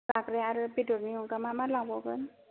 जाग्रा आरो बेदरनि अनगा मा मा लाबावगोन